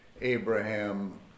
Abraham